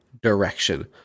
Direction